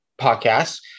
podcast